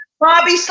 Bobby